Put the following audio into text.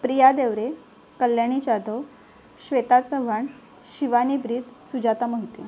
Priya Deore Kalyani Jadhav Shweta Chavan Shivani Breed Sujata Mohite